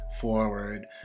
forward